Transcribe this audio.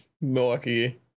Milwaukee